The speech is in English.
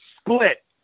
split